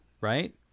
right